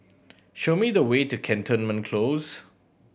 show me the way to Cantonment Close